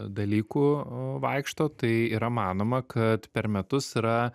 dalykų vaikšto tai yra manoma kad per metus yra